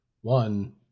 One